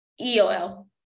E-O-L